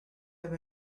him